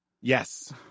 Yes